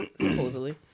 Supposedly